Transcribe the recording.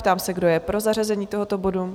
Ptám se, kdo je pro zařazení tohoto bodu?